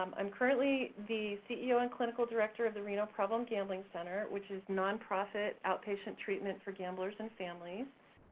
um i'm currently the ceo and clinical director of the reno problem gambling center, which is nonprofit outpatient treatment for gamblers and families.